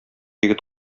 егет